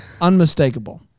unmistakable